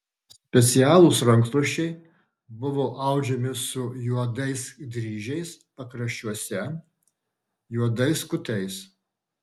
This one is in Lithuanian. specialūs rankšluosčiai buvo audžiami su juodais dryžiais pakraščiuose juodais kutais